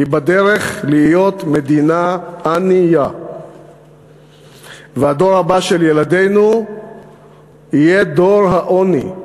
היא בדרך להיות מדינה ענייה והדור הבא של ילדינו יהיה דור העוני.